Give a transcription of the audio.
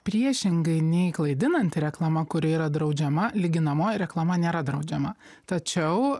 priešingai nei klaidinanti reklama kuri yra draudžiama lyginamoji reklama nėra draudžiama tačiau